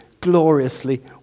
gloriously